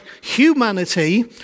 humanity